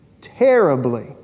Terribly